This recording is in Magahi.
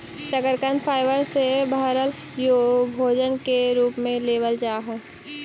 शकरकन फाइबर से भरल भोजन के रूप में लेबल जा हई